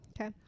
Okay